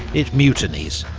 it mutinies.